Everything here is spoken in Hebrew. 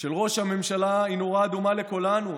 של ראש הממשלה "היא נורה אדומה לכולנו,